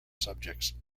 subjects